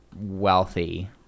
wealthy